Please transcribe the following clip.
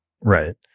Right